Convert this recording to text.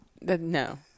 No